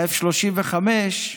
ה-F-35,